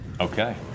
Okay